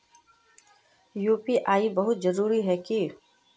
UPI बहुत जरूरी है की?